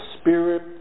spirit